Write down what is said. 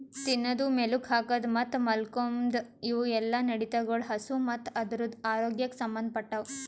ತಿನದು, ಮೇಲುಕ್ ಹಾಕದ್ ಮತ್ತ್ ಮಾಲ್ಕೋಮ್ದ್ ಇವುಯೆಲ್ಲ ನಡತೆಗೊಳ್ ಹಸು ಮತ್ತ್ ಅದುರದ್ ಆರೋಗ್ಯಕ್ ಸಂಬಂದ್ ಪಟ್ಟವು